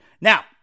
Now